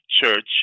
church